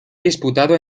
disputado